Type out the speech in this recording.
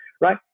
Right